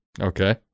Okay